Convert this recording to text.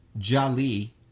Jali